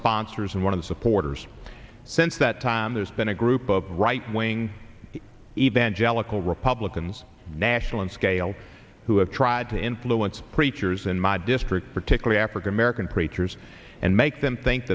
sponsors and one of the supporters since that time there's been a group of right wing evangelical republicans national in scale who have tried to influence preachers in my district particularly african american preachers and make them think